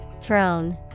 Throne